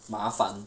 karen 被